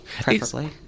Preferably